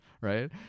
right